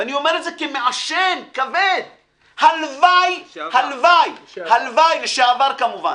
ואני אומר את זה כמעשן כבד, לשעבר כמובן.